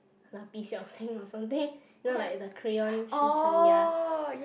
蜡笔小新 or something then I'm like the crayon Shin-chan ya